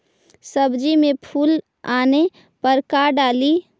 सब्जी मे फूल आने पर का डाली?